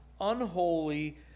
unholy